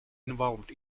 involved